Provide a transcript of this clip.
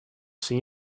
see